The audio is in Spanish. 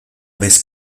vez